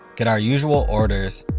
get our usual orders,